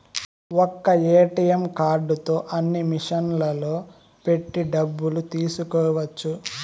ఒక్క ఏటీఎం కార్డుతో అన్ని మిషన్లలో పెట్టి డబ్బులు తీసుకోవచ్చు